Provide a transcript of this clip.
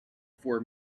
for